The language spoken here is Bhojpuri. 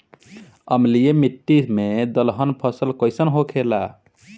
अम्लीय मिट्टी मे दलहन फसल कइसन होखेला?